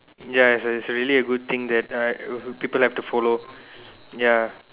ya it's a it's a really a good thing that uh people have to follow ya